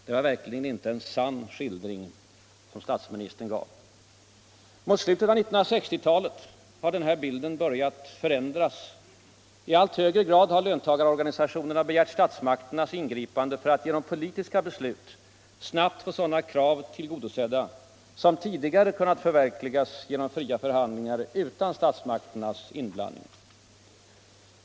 Det var verkligen inte en sann skildring som statsministern gav. Mot slutet av 1960-talet har den bild jag tecknat börjat förändras. I allt högre grad har löntagarorganisationerna begärt statsmakternas ingripande för att genom politiska beslut snabbt få sådana krav tillgodosedda som tidigare kunnat förverkligas genom fria förhandlingar utan statsmakternas inblandning.